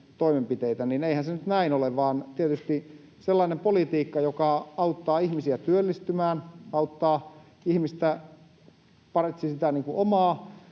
Eihän se nyt näin ole, vaan tietystihän sellainen politiikka, joka auttaa ihmisiä työllistymään, paitsi auttaa ihmistä sitä omaa